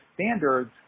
standards